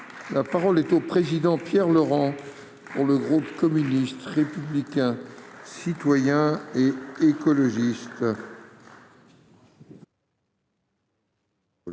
Si parole au président, Pierre Laurent, pour le groupe communiste, républicain, citoyen et écologiste. Monsieur